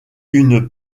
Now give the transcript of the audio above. une